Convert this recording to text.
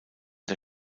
der